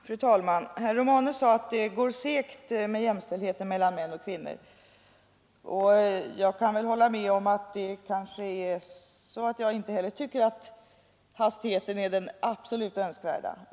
Fru talman! Herr Romanus sade att det går segt med jämställdheten mellan män och kvinnor. Inte heller jag tycker att hastigheten är den önskvärda.